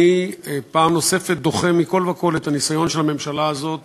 אני פעם נוספת דוחה מכול וכול את הניסיון של הממשלה הזאת